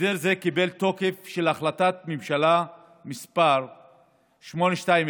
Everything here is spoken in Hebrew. הסדר זה קיבל תוקף של החלטת ממשלה מס' 821,